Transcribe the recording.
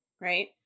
right